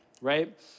right